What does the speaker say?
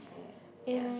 okay yeah